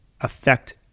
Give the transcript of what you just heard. affect